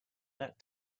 that